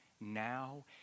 now